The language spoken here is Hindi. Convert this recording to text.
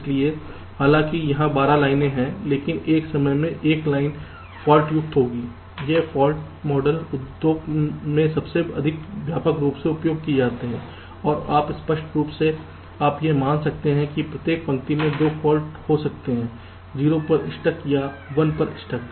इसलिए हालांकि यहां 12 लाइनें हैं लेकिन एक समय में 1 लाइन फाल्ट युक्त होगी यह फाल्ट मॉडल उद्योग में सबसे अधिक व्यापक रूप से उपयोग किया जाता है और आप स्पष्ट रूप से आप यह मान सकते हैं कि प्रत्येक पंक्ति में 2 फाल्ट हो सकते हैं 0 पर स्टक या 1 पर स्टक